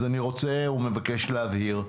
אז אני רוצה ומבקש להבהיר: